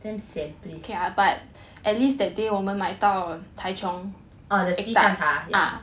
damn sian please oh the 鸡蛋挞